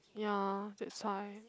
ya that's why